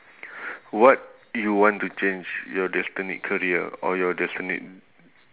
what you want to change your destiny career or your destiny